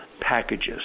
packages